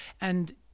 And-